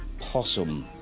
possum.